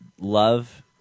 love